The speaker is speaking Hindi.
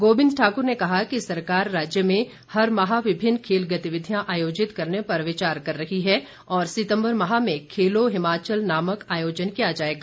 गोबिंद ठाकुर ने कहा सरकार राज्य में हर माह विभिन्न खेल गतिविधियां आयोजित करने पर विचार कर रही है और सितम्बर माह में खेलो हिमाचल नामक आयोजन किया जाएगा